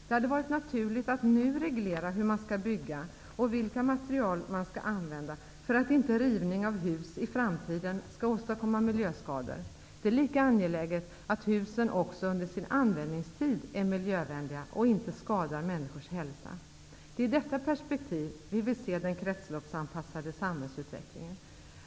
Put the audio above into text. Det hade varit naturligt att nu reglera hur man skall bygga och vilka material man skall använda för att rivning av hus i framtiden inte skall åstadkomma miljöskador. Det är lika angeläget att husen också under sin användningstid är miljövänliga och inte skadar människors hälsa. Det är i detta perspektiv vi vill se den kretsloppsanpassade samhällsutvecklingen.